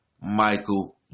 Michael